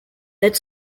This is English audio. that